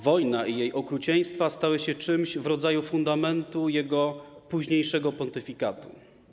Wojna i jej okrucieństwa stały się czymś w rodzaju fundamentu jego późniejszego pontyfikatu.